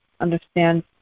understand